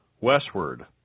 westward